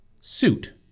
suit